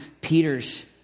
Peter's